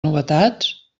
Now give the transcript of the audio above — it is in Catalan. novetats